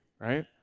right